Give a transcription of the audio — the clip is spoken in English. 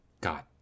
God